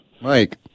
mike